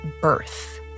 birth